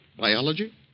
Biology